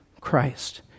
Christ